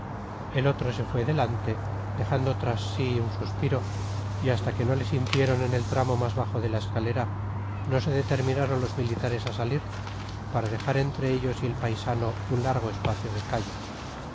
el otro se fue delante dejando tras sí un suspiro y hasta que no le sintieron en el tramo más bajo de la escalera no se determinaron los militares a salir para dejar entre ellos y el paisano un largo espacio de calle